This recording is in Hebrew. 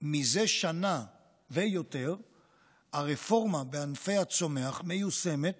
זה שנה ויותר הרפורמה בענפי הצומח מיושמת